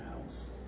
house